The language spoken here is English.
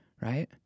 right